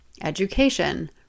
education